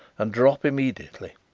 and drop immediately.